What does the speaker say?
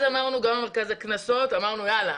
אחר כך אמרנו קנסות ואמרנו: "יאללה,